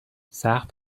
سخت